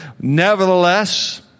Nevertheless